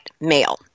male